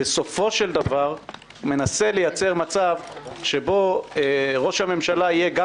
בסופו של דבר מנסה לייצר מצב שבו ראש הממשלה יהיה גם